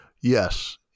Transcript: Yes